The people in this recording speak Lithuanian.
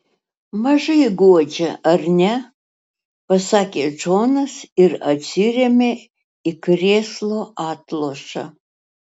mažai guodžia ar ne pasakė džonas ir atsirėmė į krėslo atlošą